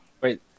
Wait